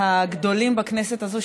הניצחונות הגדולים בכנסת הזאת,